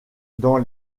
dans